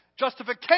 Justification